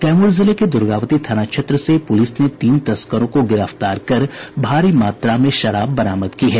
कैमूर जिले के दुर्गावती थाना क्षेत्र से पुलिस ने तीन तस्करों को गिरफ्तार कर भारी मात्रा में विदेशी शराब बरामद की है